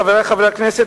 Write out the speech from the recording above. חברי חברי הכנסת,